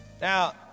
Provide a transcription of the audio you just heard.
Now